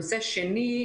נושא שני,